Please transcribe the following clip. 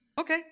Okay